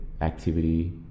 activity